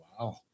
Wow